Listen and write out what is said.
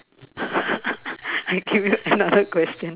I give you another question